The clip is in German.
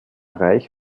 reich